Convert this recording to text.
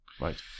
Right